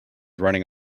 running